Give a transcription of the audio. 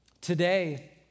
Today